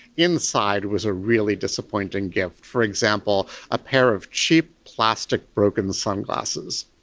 inside was a really disappointing gift. for example, a pair of cheap plastic broken sunglasses.